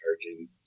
charging